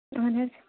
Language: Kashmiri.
اہن حظ